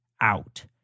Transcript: out